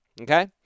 okay